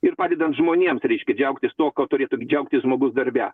ir padedant žmonėms reikia džiaugtis tuo ko turėtų džiaugtis žmogus darbe